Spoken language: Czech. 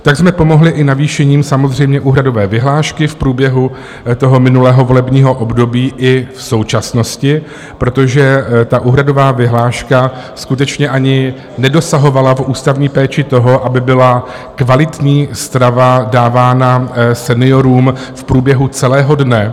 Tak jsme pomohli i navýšením samozřejmě úhradové vyhlášky v průběhu minulého volebního období i v současnosti, protože úhradová vyhláška skutečně ani nedosahovala v ústavní péči toho, aby byla kvalitní strava dávána seniorům v průběhu celého dne.